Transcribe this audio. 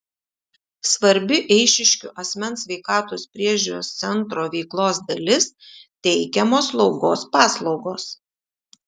svarbi eišiškių asmens sveikatos priežiūros centro veiklos dalis teikiamos slaugos paslaugos